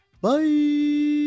Bye